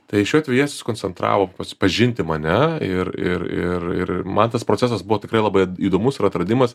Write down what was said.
tai šiuo atveju susikoncentravo pats pažinti mane ir ir ir ir man tas procesas buvo tikrai labai įdomus ir atradimas